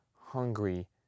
hungry